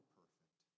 perfect